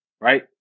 right